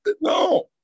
No